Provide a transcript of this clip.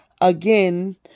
again